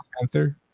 Panther